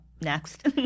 Next